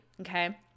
okay